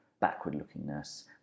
backward-lookingness